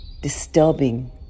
disturbing